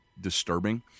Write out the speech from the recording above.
disturbing